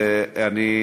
אני,